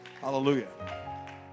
Hallelujah